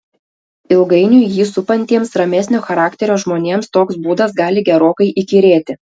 ilgainiui jį supantiems ramesnio charakterio žmonėms toks būdas gali gerokai įkyrėti